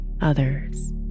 others